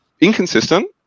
inconsistent